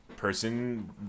Person